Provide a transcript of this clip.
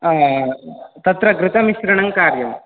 तत्र घृतमिश्रणं कार्यम्